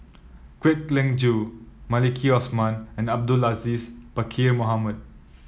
Kwek Leng Joo Maliki Osman and Abdul Aziz Pakkeer Mohamed